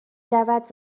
رود